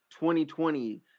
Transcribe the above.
2020